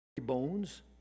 bones